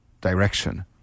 direction